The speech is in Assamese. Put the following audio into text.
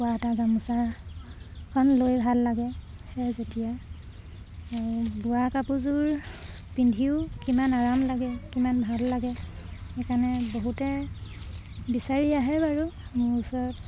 পকুৱা এটা গামোচাখন লৈ ভাল লাগে সেয়ে যেতিয়া আৰু বোৱা কাপোৰযোৰ পিন্ধিও কিমান আৰাম লাগে কিমান ভাল লাগে সেইকাৰণে বহুতে বিচাৰি আহে বাৰু মোৰ ওচৰত